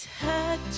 Touch